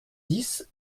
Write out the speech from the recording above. dix